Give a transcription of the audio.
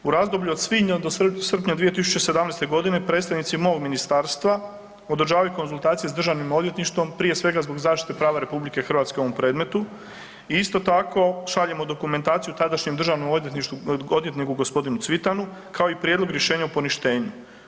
U razdoblju od svibnja do srpnja 2017.g. predstavnici mog ministarstva održavaju konzultacije s državnim odvjetništvom, prije svega zbog zaštite prava RH u ovom predmetu i isto tako šaljemo dokumentaciju tadašnjem državnom odvjetništvu, odvjetniku g. Cvitanu, kao i prijedlog rješenja o poništenju.